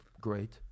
great